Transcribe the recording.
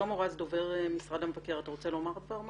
שלמה רז, דובר משרד המבקר, אתה רוצה לומר דבר מה?